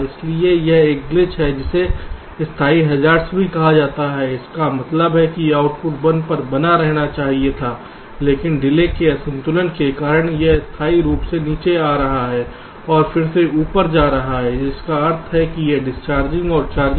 इसलिए यह एक ग्लिच है जिसे स्थिर हैज़ार्ड भी कहा जाता है इसका मतलब है कि आउटपुट 1 पर बना रहना चाहिए था लेकिन डिले के असंतुलन के कारण यह अस्थायी रूप से नीचे जा रहा है और फिर से ऊपर जा रहा है जिसका अर्थ है एक डिशचार्जिंग और एक चार्जिंग